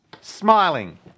Smiling